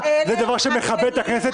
זה דבר שמכבד את הכנסת?